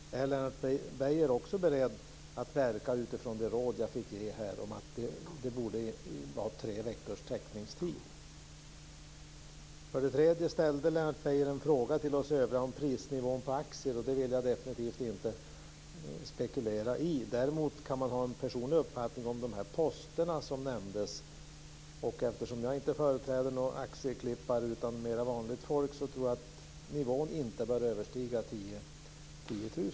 Är Beijer beredd att verka utifrån det råd jag fick ge här om att det borde vara tre veckors teckningstid? För det tredje ställde Lennart Beijer en fråga till oss övriga om prisnivån på aktier. Det vill jag inte spekulera i. Däremot kan jag ha en personlig uppfattning om de poster som nämndes. Eftersom jag inte företräder någon aktieklippare utan vanligt folk tror jag att nivån inte bör överstiga 10 000 kr.